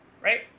right